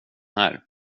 här